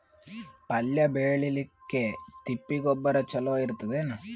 ಪಲ್ಯ ಬೇಳಿಲಿಕ್ಕೆ ತಿಪ್ಪಿ ಗೊಬ್ಬರ ಚಲೋ ಇರತದೇನು?